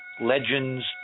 legends